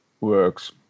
works